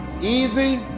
Easy